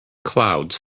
clouds